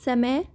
समय